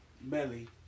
Melly